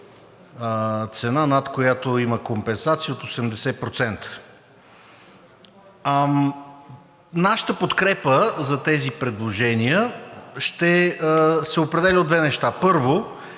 цена, над която има компенсации от 80%. Нашата подкрепа за тези предложения ще се определя от две неща. Първо,